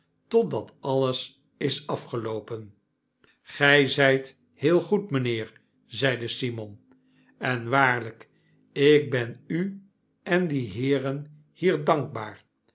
totdat alles is afgeloopen gy zyt heel goed mynheer zeide simon en waarlyk ik ben u en die heeren hier dankbaar